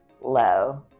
low